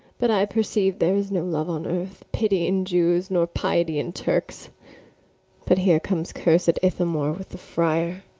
but i perceive there is no love on earth, pity in jews, nor piety in turks but here comes cursed ithamore with the friar.